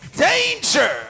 Danger